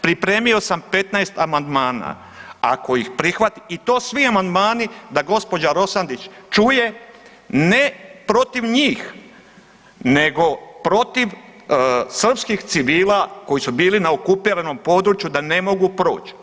Pripremio sam 15 amandmana, ako ih prihvatite i to svi amandmani da gospođa Rosandić čuje ne protiv njih, nego protiv srpskih civila koji su bili na okupiranom području da ne mogu proći.